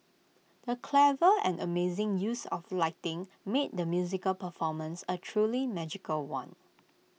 the clever and amazing use of lighting made the musical performance A truly magical one